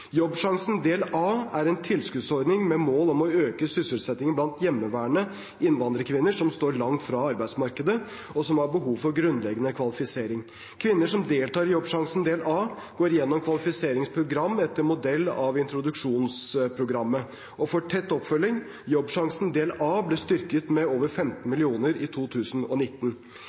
Jobbsjansen del A er en tilskuddsordning med mål om å øke sysselsettingen blant hjemmeværende innvandrerkvinner, som står langt fra arbeidsmarkedet, og som har behov for grunnleggende kvalifisering. Kvinner som deltar i Jobbsjansen del A, går gjennom kvalifiseringsprogram etter modell av introduksjonsprogrammet og får tett oppfølging. Jobbsjansen del A ble styrket med over 15 mill. kr i 2019.